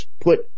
put